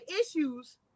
issues